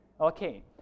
Okay